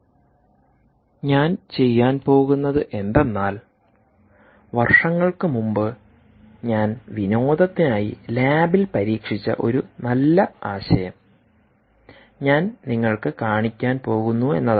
സമയം 1918 കാണുക ഞാൻ ചെയ്യാൻ പോകുന്നത് എന്തെന്നാൽ വർഷങ്ങൾക്കുമുമ്പ് ഞാൻ വിനോദത്തിനായി ലാബിൽ പരീക്ഷിച്ച ഒരു നല്ല ആശയം ഞാൻ നിങ്ങൾക്ക് കാണിക്കാൻ പോകുന്നു എന്നതാണ്